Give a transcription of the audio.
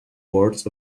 wards